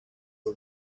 uru